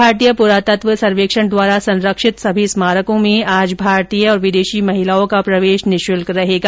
भारतीय पुरातत्व सर्वेक्षण द्वारा संरक्षित सभी स्मारकों में आज भारतीय और विदेशी महिलाओं का प्रवेश निशुल्क रहेगा